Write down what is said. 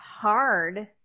hard